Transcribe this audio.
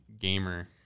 gamer